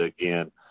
again